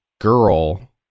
Girl